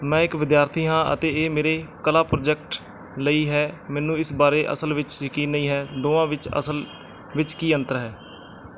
ਮੈਂ ਇੱਕ ਵਿਦਿਆਰਥੀ ਹਾਂ ਅਤੇ ਇਹ ਮੇਰੇ ਕਲਾ ਪ੍ਰੋਜੈਕਟ ਲਈ ਹੈ ਮੈਨੂੰ ਇਸ ਬਾਰੇ ਅਸਲ ਵਿੱਚ ਯਕੀਨ ਨਹੀਂ ਹੈ ਦੋਵਾਂ ਵਿੱਚ ਅਸਲ ਵਿੱਚ ਕੀ ਅੰਤਰ ਹੈ